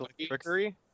trickery